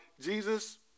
Jesus